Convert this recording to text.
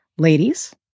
Ladies